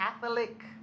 Catholic